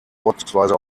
vorzugsweise